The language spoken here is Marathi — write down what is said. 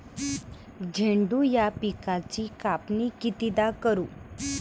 झेंडू या पिकाची कापनी कितीदा करू?